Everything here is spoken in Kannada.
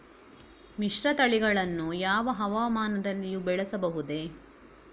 ಮಿಶ್ರತಳಿಗಳನ್ನು ಯಾವ ಹವಾಮಾನದಲ್ಲಿಯೂ ಬೆಳೆಸಬಹುದೇ?